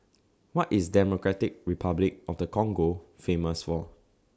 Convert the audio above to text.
What IS Democratic Republic of The Congo Famous For